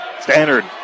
Standard